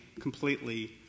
completely